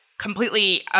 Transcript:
completely